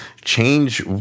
change